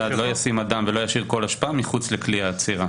ואז זה יוצא ככה: לא ישים אדם ולא ישאיר כל אשפה מחוץ לכלי האצירה.